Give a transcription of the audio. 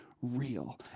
real